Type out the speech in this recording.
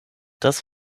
das